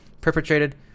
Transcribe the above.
perpetrated